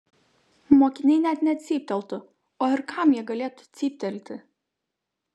mokiniai net necypteltų o ir kam jie galėtų cyptelti